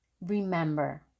remember